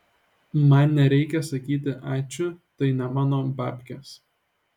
man nereikia sakyti ačiū tai ne mano babkės